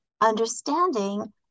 understanding